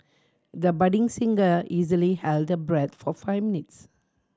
the budding singer easily held her breath for five minutes